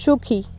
সুখী